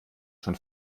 schon